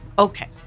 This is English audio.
Okay